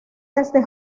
desde